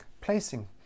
placing